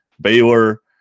Baylor